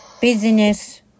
business